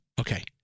Okay